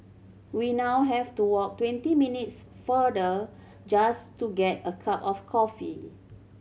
we now have to walk twenty minutes farther just to get a cup of coffee